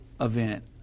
event